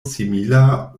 simila